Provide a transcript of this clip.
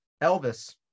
Elvis